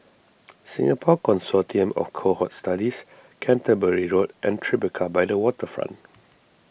Singapore Consortium of Cohort Studies Canterbury Road and Tribeca by the Waterfront